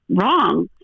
wrong